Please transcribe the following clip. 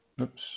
Oops